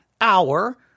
hour